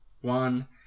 one